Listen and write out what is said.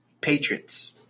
Patriots